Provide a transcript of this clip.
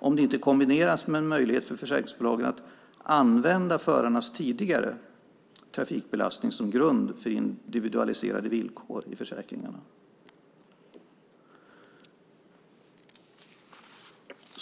om det inte kombineras med en möjlighet för försäkringsbolagen att använda förarnas tidigare trafikbelastning som grund för individualiserade villkor i försäkringen.